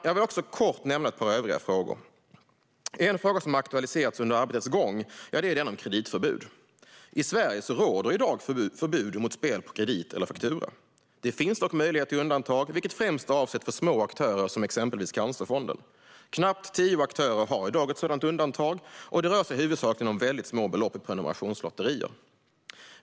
Jag vill också kort nämna ett par övriga frågor. En fråga som aktualiserats under arbetets gång är den om kreditförbud. I Sverige råder i dag förbud mot spel på kredit eller faktura. Det finns dock möjlighet till undantag, vilket främst är avsett för små aktörer som exempelvis Cancerfonden. Knappt tio aktörer har i dag ett sådant undantag, och det rör sig huvudsakligen om väldigt små belopp i prenumerationslotterier.